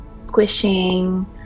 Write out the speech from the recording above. squishing